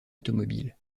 automobile